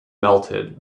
melted